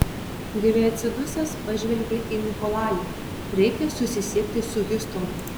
giliai atsidusęs pažvelgė į nikolajų reikia susisiekti su hjustonu